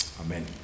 Amen